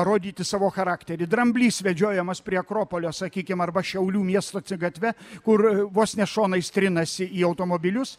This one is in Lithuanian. rodyti savo charakterį dramblys vedžiojamas prie akropolio sakykim arba šiaulių miesto gatve kur vos ne šonais trinasi į automobilius